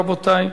רבותי.